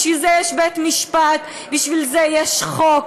בשביל זה יש בית-משפט, בשביל זה יש חוק,